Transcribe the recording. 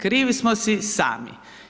Krivi smo si sami.